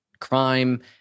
crime